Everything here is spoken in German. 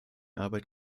arbeit